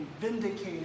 vindicated